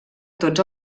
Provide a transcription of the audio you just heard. tots